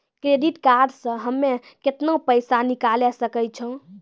Credit card से हम्मे केतना पैसा निकाले सकै छौ?